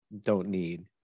don't-need